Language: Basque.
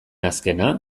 azkena